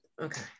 Okay